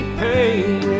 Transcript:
pain